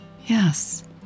Yes